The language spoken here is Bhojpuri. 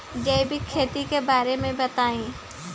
जैविक खेती के बारे में बताइ